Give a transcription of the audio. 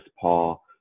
paul